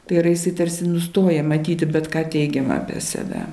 tai yra jisai tarsi nustoja matyti bet ką teigiamą apie save